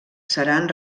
seran